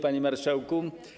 Panie Marszałku!